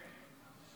כן.